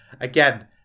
Again